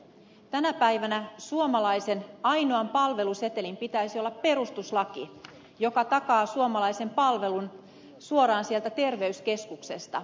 tänä päivänä suomalaisen ainoan palvelusetelin pitäisi olla perustuslaki joka takaa suomalaisen palvelun suoraan sieltä terveyskeskuksesta